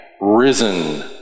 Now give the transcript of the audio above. risen